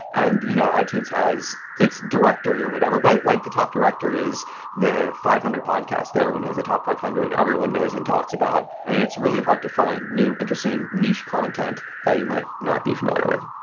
and you know itunes has it's directly, or whatever. but like the top directory is the five hundred podcasts that everyone knows. the top five hundred everyone knows and talks about. and it's really hard to find new interesting niche content that you might not be familiar with.